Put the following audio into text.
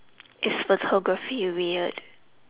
is photography weird